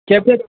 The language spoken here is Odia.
କେତେ